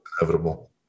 inevitable